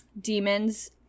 demons